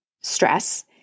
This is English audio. stress